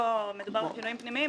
ופה מדובר בשינויים פנימיים,